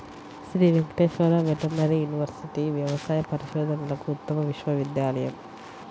Shri Venkateswara veterinary university వ్యవసాయ పరిశోధనలకు ఉత్తమ విశ్వవిద్యాలయం